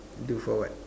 do for what